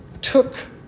took